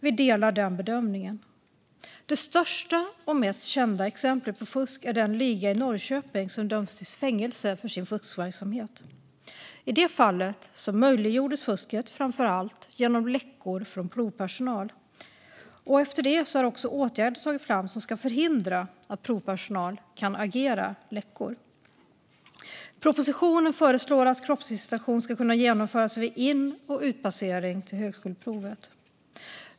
Vi delar den bedömningen. Det största och mest kända exemplet på fusk är den liga i Norrköping som dömts till fängelse för sin fuskverksamhet. I det fallet möjliggjordes fusket framför allt genom läckor från provpersonal. Efter det har också åtgärder tagits fram som ska förhindra att provpersonal kan agera läckor. Propositionen föreslår att kroppsvisitation ska kunna genomföras vid in och utpassering till högskoleprovet.